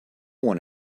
one